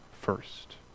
first